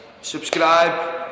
subscribe